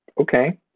okay